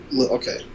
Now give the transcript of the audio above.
okay